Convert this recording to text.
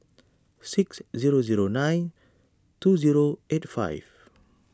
six zero zero nine two zero eight five